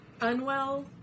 Unwell